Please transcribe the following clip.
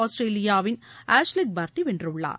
ஆஸ்திரேலியாவின் Ashleigh Barty வென்றுள்ளார்